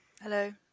Hello